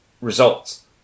Results